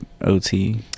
OT